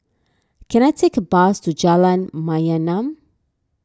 can I take a bus to Jalan Mayaanam